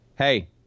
Hey